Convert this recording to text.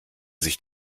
sich